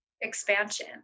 expansion